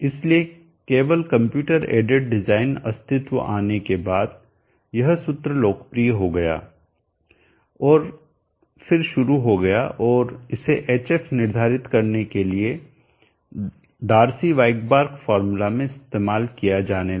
इसलिए केवल computer aided design अस्तित्व में आने के बाद यह सूत्र लोकप्रिय हो गया और फिर शुरू हो गया और इसे hf निर्धारित करने के लिए डार्सी वायकबार्र्क फॉर्मूला में इस्तेमाल किया जाने लगा